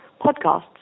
podcasts